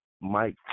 Mike